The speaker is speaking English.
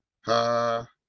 ha